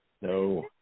no